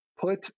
put